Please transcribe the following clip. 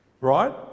Right